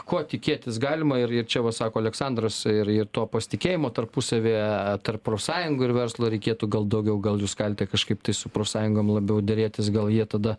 ko tikėtis galima ir ir čia va sako aleksandras ir ir to pasitikėjimo tarpusavyje tarp profsąjungų ir verslo reikėtų gal daugiau gal jūs galite kažkaip tai su profsąjungom labiau derėtis gal jie tada